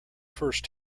first